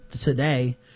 today